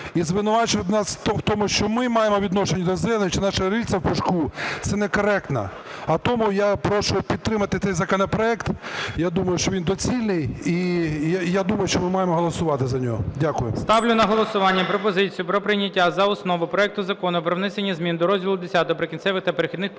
І звинувачувати нас в тому, що ми маємо відношення до "зелені" чи наше "рильце в пушку" це некоректно. А тому я прошу підтримати цей законопроект, я думаю, що він доцільний. І я думаю, що ми маємо голосувати за нього. Дякую. ГОЛОВУЮЧИЙ. Ставлю на голосування пропозицію про прийняття за основу проект Закону про внесення змін до розділу X "Прикінцеві та перехідні положення"